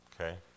Okay